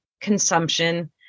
consumption